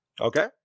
Okay